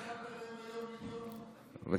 למה,